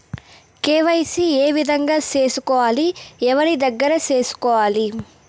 KYC ఏ విధంగా సేసుకోవాలి? ఎవరి దగ్గర సేసుకోవాలి?